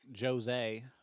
Jose